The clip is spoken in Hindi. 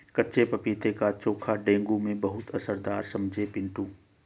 कच्चे पपीते का चोखा डेंगू में बहुत असरदार है समझे पिंटू